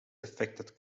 affected